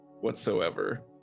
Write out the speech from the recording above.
whatsoever